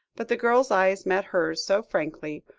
but the girl's eyes met hers so frankly,